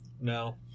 No